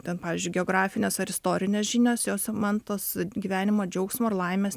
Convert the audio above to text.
ten pavyzdžiui geografinės ar istorinės žinios jos man tos gyvenimo džiaugsmo ar laimės